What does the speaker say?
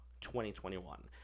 2021